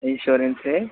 insurance है